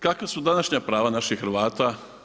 Kakva su današnja prava naših Hrvata?